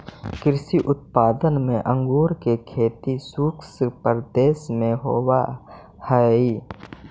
कृषि उत्पाद में अंगूर के खेती शुष्क प्रदेश में होवऽ हइ